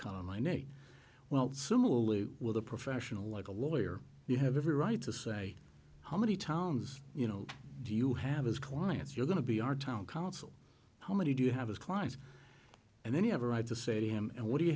name well similarly with a professional like a lawyer you have every right to say how many towns you know do you have as clients you're going to be our town council how many do you have as clients and then you have a right to say to him and what do you